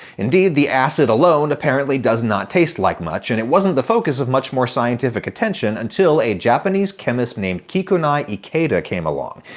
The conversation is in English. indeed, the acid alone, apparently does not taste like much, and it wasn't the focus of much more scientific attention until a japanese chemist named kikunae ikeda came along.